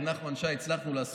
נכון, היו יותר, היו הרבה יותר.